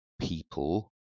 people